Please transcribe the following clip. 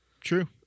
True